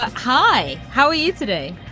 ah hi. how are you today.